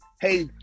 Hey